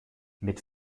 mit